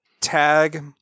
Tag